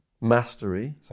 Mastery